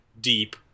deep